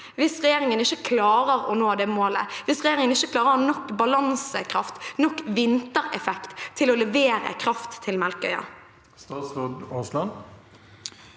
hvis regjeringen ikke klarer å nå det målet, hvis regjeringen ikke klarer å ha nok balansekraft, nok vintereffekt til å levere kraft til Melkøya?